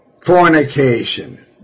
Fornication